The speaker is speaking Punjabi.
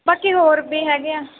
ਬਾਕੀ ਹੋਰ ਵੀ ਹੈਗੇ ਆ